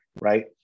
right